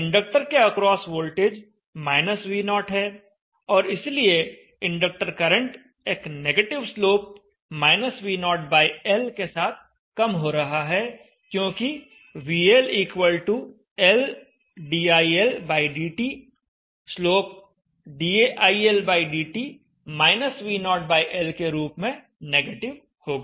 inductor के across voltage -V0 है और इसलिए इंडक्टर करंट एक नेगेटिव स्लोप -V0L के साथ कम हो रहा है क्योंकि VLLdILdt स्लोप dILdt -V0L के रूप में नेगेटिव होगा